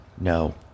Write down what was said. no